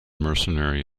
mercenary